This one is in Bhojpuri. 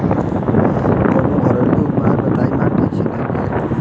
कवनो घरेलू उपाय बताया माटी चिन्हे के?